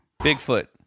Bigfoot